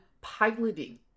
piloting